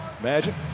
Imagine